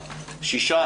שישה,